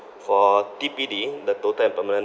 for T_P_D the total and permanent